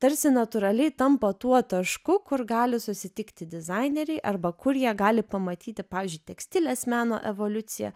tarsi natūraliai tampa tuo tašku kur gali susitikti dizaineriai arba kur jie gali pamatyti pavyzdžiui tekstilės meno evoliuciją